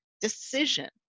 decision